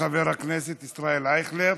תודה לחבר הכנסת ישראל אייכלר.